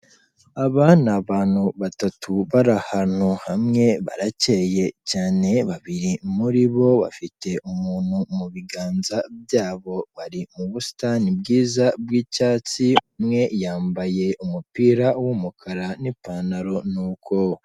Aba ni abantu batatu bari ahantu hamwe, baracyeye cyane, babiri muri bo bafite umuntu mu biganza byabo, bari mu busitani bwiza bw'icyatsi umwe yambaye umupira w'umukara n'ipantaro ni uko.